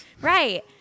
Right